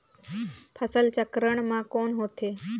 फसल चक्रण मा कौन होथे?